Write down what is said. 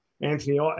Anthony